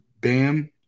bam